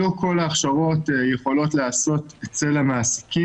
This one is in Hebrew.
לא כל ההכשרות יכולות להיעשות אצל המעסיקים.